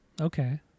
Okay